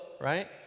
right